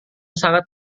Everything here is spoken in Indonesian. sangat